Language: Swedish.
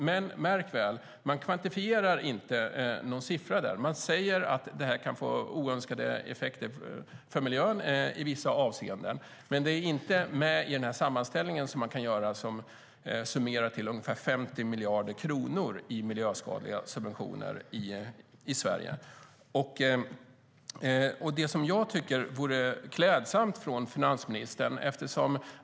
Men, märk väl, man kvantifierar inte någon siffra. Man säger att det här kan få oönskade effekter för miljön i vissa avseenden. Men det är inte med i sammanställningen där de miljöskadliga subventionerna i Sverige summeras till ungefär 50 miljarder kronor.